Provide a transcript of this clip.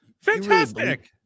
Fantastic